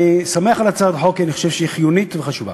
אני שמח על הצעת החוק כי אני חושב שהיא חיונית וחשובה.